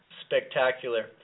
spectacular